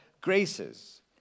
graces